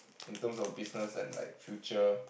in terms of business and like future